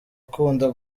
akunda